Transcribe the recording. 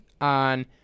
on